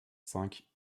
cinq